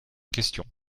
questions